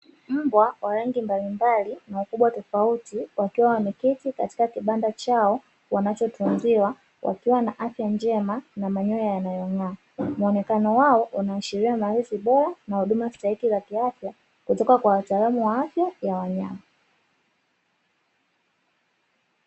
Wanyama mbalimbali makubwa tofauti wakiwa wameketi, katika kibanda chao wanachotunziwa, wakiwa na afya njema na manyoya yanayong'aa muonekano wao unaashiria malezi bora na huduma stahiki za kiafya kutoka kwa wataalamu wa afya ya wanyama.